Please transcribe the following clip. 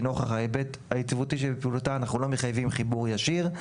נוכח ההיבט היציבותי שבפעילותה אנחנו לא מחייבים חיבור ישיר,